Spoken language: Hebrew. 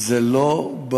בדרך כלל זה לא בא